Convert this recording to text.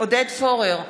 עודד פורר,